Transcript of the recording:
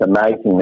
amazing